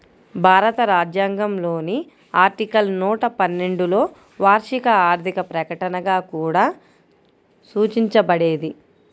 భారత రాజ్యాంగంలోని ఆర్టికల్ నూట పన్నెండులోవార్షిక ఆర్థిక ప్రకటనగా కూడా సూచించబడేది